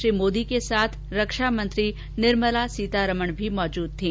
श्री मोदी के साथ रक्षा मंत्री निर्मला सीतारमण भी मौजूद थी